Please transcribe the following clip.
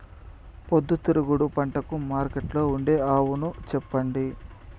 పొద్దుతిరుగుడు పంటకు మార్కెట్లో ఉండే అవును చెప్పండి?